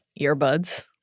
earbuds